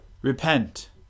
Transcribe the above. Repent